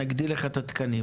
נגדיל לך את התקנים.